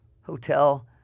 hotel